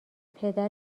پدر